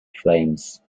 flames